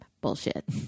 bullshit